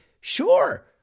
Sure